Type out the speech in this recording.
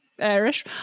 Irish